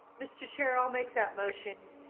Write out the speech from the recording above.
mr. chair, i'll make that motion.